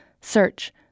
search